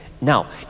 Now